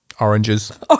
oranges